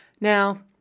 Now